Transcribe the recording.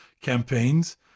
campaigns